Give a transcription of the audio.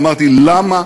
לצערי,